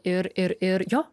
ir ir ir jo